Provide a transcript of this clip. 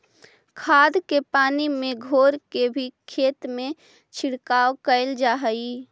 खाद के पानी में घोर के भी खेत में छिड़काव कयल जा हई